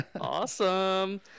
Awesome